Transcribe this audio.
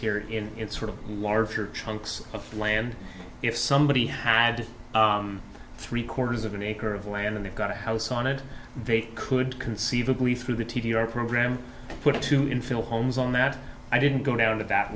here in in sort of larger chunks of land if somebody had three quarters of an acre of land and they got a house on it they could conceivably through the t d r program put it to infill holmes on that i didn't go down to that